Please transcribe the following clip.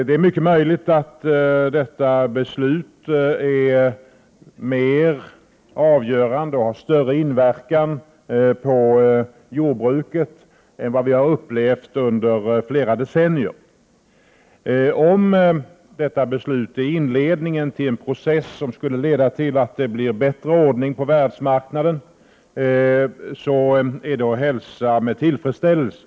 Det är mycket möjligt att detta beslut blir mer avgörande och får större inverkan på jordbruket än vad vi under flera decennier har upplevt att något annat haft. Om detta beslut är inledningen på en process som leder till en bättre ordning på världsmarknaden, är det att hälsa med tillfredsställelse.